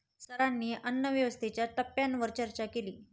सरांनी अन्नव्यवस्थेच्या टप्प्यांवर चर्चा केली